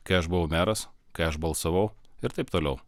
kai aš buvau meras kai aš balsavau ir taip toliau